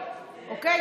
אוקיי?